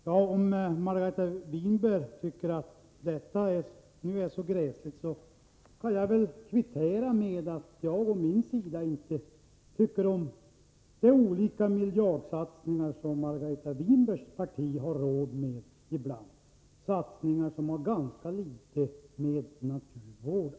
Om nu Margareta Winberg tycker att detta är så gräsligt, kan jag väl kvittera med att jag å min sida inte tycker om de olika miljardsatsningar som Margareta Winbergs parti ibland har råd med — satsningar som har ganska litet att göra med naturvård.